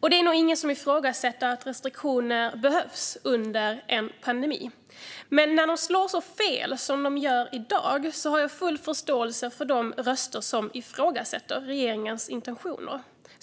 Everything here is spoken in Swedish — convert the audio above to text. Det är nog ingen som ifrågasätter att restriktioner behövs under en pandemi. Men när de slår så fel som de gör i dag har jag full förståelse för de röster som ifrågasätter regeringens intentioner.